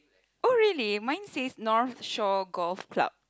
oh really mine says North Shore Golf Club